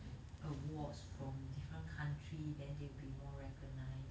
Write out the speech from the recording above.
the awards from different country then they'll be more recognized